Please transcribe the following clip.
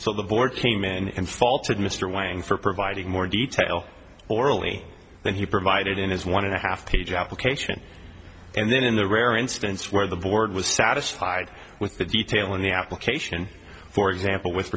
so the board came in and faulted mr wang for providing more detail orally than he provided in his one and a half page application and then in the rare instance where the board was satisfied with the detail in the application for example with